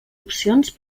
opcions